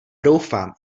doufám